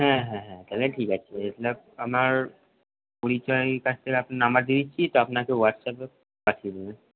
হ্যাঁ হ্যাঁ হ্যাঁ তাহলে ঠিক আছে ওই আপনার আমার পরিচয়ের কাছ থেকে আপনার নম্বর দিয়ে দিচ্ছি তো আপনাকে হোয়াটসআ্যপে পাঠিয়ে দেবে